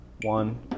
One